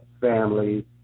family